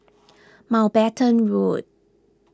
Mountbatten Road